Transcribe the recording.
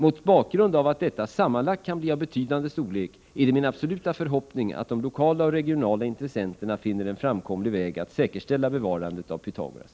Mot bakgrund av att detta sammanlagt kan bli av betydande storlek är det min absoluta förhoppning att de lokala och regionala intressenterna finner en framkomlig väg att säkerställa bevarandet av Pythagoras.